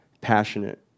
passionate